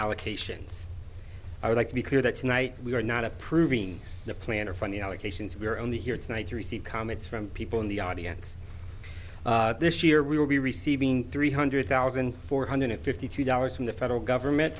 allocations i would like to be clear that tonight we are not approving the plan or from the allocations we are only here tonight to receive comments from people in the audience this year we will be receiving three hundred thousand four hundred fifty two dollars from the federal government